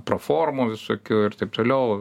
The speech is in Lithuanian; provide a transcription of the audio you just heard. pro formų visokių ir taip toliau